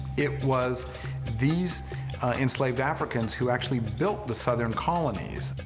it was these enslaved africans who actually built the southern colonies.